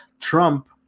Trump